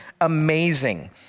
amazing